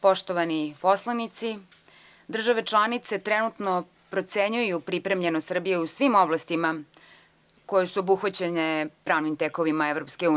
Poštovani poslanici, države članice trenutno procenjuju pripremljenost Srbije u svim oblastima koje su obuhvaćene pravnim tekovinama EU.